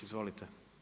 Izvolite.